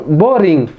boring